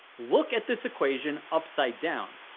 look at this equation upside down.